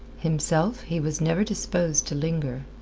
himself, he was never disposed to linger.